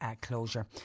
closure